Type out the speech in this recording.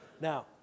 Now